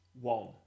One